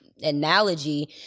analogy